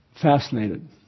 fascinated